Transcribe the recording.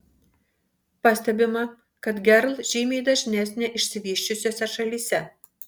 pastebima kad gerl žymiai dažnesnė išsivysčiusiose šalyse